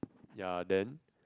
ya then